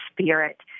spirit